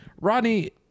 Rodney